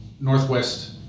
Northwest